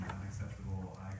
unacceptable